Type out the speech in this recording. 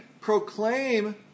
proclaim